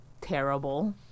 terrible